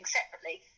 separately